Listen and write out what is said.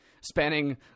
spanning